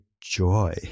Joy